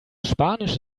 spanisch